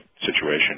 situation